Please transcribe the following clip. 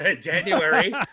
January